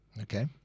Okay